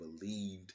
believed